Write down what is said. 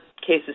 cases